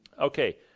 Okay